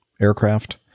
aircraft